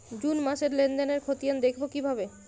June মাসের লেনদেনের খতিয়ান দেখবো কিভাবে?